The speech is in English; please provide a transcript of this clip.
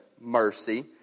mercy